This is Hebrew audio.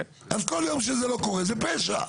אז כל יום שזה לא קורה זה פשע.